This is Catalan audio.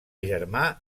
germà